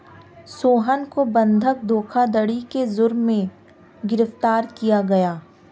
सोहन को बंधक धोखाधड़ी के जुर्म में गिरफ्तार किया गया